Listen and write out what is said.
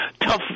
tough